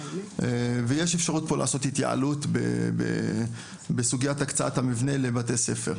ויש אפשרות פה לעשות התייעלות בסוגיית הקצאת המבנה לבתי ספר.